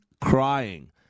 crying